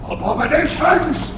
Abominations